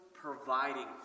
providing